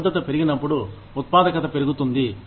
నిబద్ధత పెరిగినప్పుడు ఉత్పాదకత పెరుగుతుంది